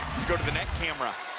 go to the net camera